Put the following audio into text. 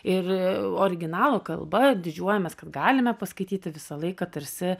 ir originalo kalba didžiuojamės kad galime paskaityti visą laiką tarsi